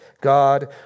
God